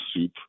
soup